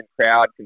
crowd